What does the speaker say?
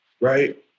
right